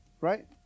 Right